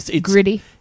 gritty